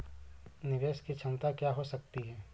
निवेश की क्षमता क्या हो सकती है?